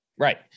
Right